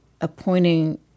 appointing